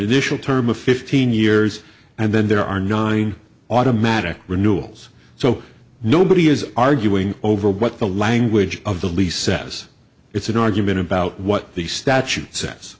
additional term of fifteen years and then there are nine automatic renewal so nobody is arguing over what the language of the lease says it's an argument about what the statute s